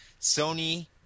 Sony